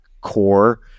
core